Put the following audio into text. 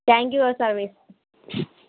thank you your service